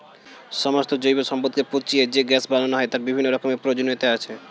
সমস্ত জৈব সম্পদকে পচিয়ে যে গ্যাস বানানো হয় তার বিভিন্ন রকমের প্রয়োজনীয়তা আছে